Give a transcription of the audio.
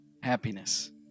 happiness